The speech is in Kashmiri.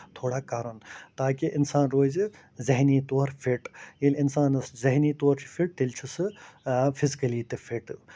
تھوڑا کَرُن تاکہِ اِنسان روزِ ذہنی طور فِٹ ییٚلہِ اِنسانَس ذہنی طور چھُ فِٹ تیٚلہِ چھُ سُہ فِزِکلی تہِ فِٹ